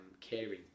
caring